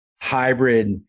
hybrid